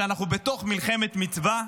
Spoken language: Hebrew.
כשאנחנו בתוך מלחמת מצווה,